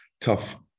tough